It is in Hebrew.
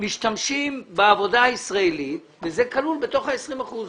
משתמשים בעבודה הישראלית וזה כלול בתוך ה-20 אחוזים.